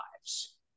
lives